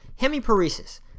Hemiparesis